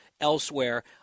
elsewhere